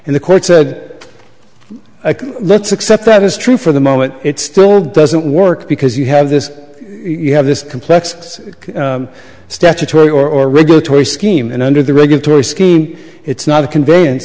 and the court said let's accept that is true for the moment it still doesn't work because you have this you have this complex statutory or regulatory scheme and under the regulatory scheme it's not a convey